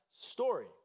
story